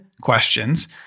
questions